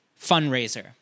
fundraiser